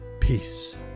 peace